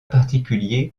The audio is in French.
particuliers